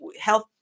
health